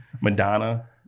Madonna